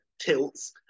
tilts